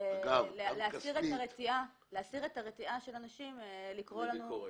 ולהסיר את הרתיעה של אנשים מלקרוא לנו לביקורת.